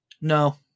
No